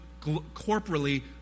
corporately